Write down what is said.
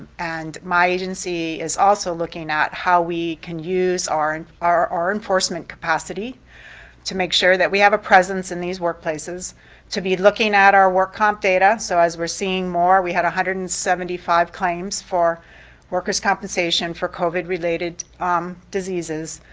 and my agency is also looking at how we can use our and our enforcement capacity to make sure that we have a presence in these workplaces to be looking at our work comp data, so as we're seeing more, we had one hundred and seventy five claims for worker's compensation for covid related diseases,